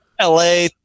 la